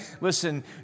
listen